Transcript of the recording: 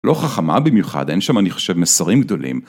לא חכמה במיוחד אין שם אני חושב מסרים גדולים.